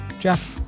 Jeff